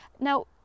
now